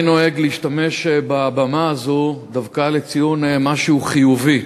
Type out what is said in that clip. אני נוהג להשתמש בבמה הזאת דווקא לציון משהו חיובי,